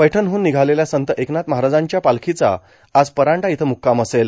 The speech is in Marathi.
पैठणहून निघालेल्या संत एकनाथ महाराजांच्या पालखीचा आज परांडा इथं मुक्काम असेल